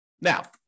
Now